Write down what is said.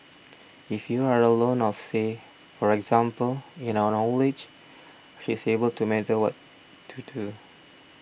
if you are alone or say for example in our old age she's able to monitor what to do